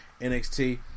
NXT